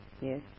Yes